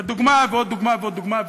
ודוגמה, ועוד דוגמה ועוד דוגמה.